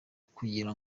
kugira